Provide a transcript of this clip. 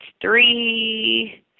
three